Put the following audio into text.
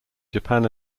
japan